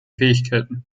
fähigkeiten